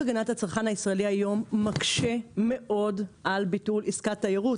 הצרכן הישראלי היום מקשה מאוד על ביטול עסקת תיירות,